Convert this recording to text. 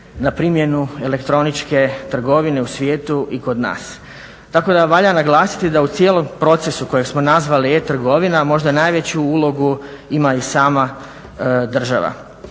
na primjenu elektroničke trgovine u svijetu i kod nas. Tako da valja naglasiti da u cijelom procesu kojeg smo nazvali e-trgovina možda najveću ulogu ima i sama država.